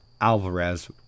Alvarez